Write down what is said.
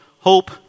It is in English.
Hope